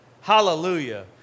Hallelujah